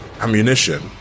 ammunition